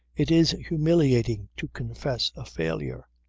it is humiliating to confess a failure.